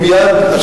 זה מופיע בתקציב?